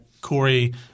Corey